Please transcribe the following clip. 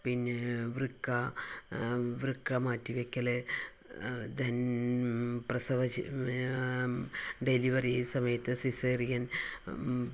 പിന്നെ വൃക്ക വൃക്ക മാറ്റിവക്കല് ധൻ പ്രസവ ഡെലിവറി സമയത്ത് സിസേറിയൻ